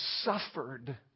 suffered